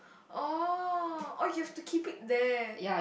oh oh you have to keep it there